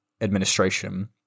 administration